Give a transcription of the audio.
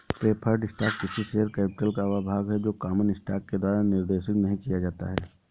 preferred stock किसी share capital का वह भाग है जो कॉमन स्टॉक के द्वारा निर्देशित नहीं किया जाता है